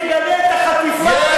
תגנה את החטיפה,